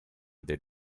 they